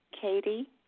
Katie